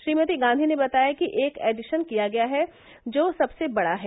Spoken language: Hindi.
श्रीमती गांधी ने बताया कि एक एडिसन किया गया है जो सबसे बड़ा है